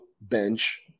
bench